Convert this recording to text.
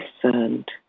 concerned